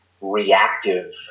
reactive